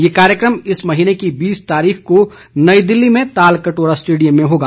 यह कार्यक्रम इस महीने की बीस तारीख को नई दिल्ली में तालकटोरा स्टेडियम में होगा